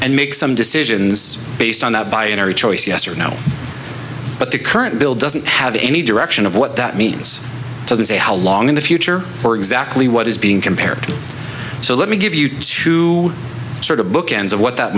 and make some decisions based on the by every choice yes or no but the current bill doesn't have any direction of what that means it doesn't say how long in the future or exactly what is being compared to so let me give you two sort of bookends of what that